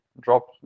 drop